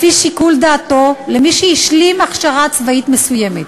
לפי שיקול דעתו, למי שהשלים הכשרה צבאית מסוימת.